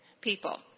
people